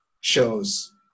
shows